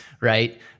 right